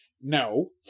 no